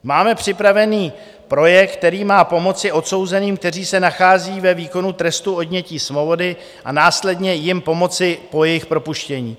Máme připravený projekt, který má pomoci odsouzeným, kteří se nachází ve výkonu trestu odnětí svobody, a následně jim pomoci po jejich propuštění.